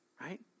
right